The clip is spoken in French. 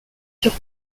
sur